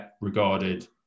regarded